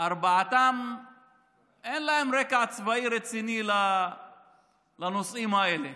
שלארבעתם אין רקע צבאי רציני בנושאים האלה.